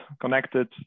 connected